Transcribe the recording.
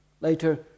Later